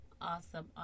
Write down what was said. Awesome